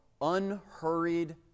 unhurried